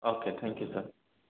okay thank you sir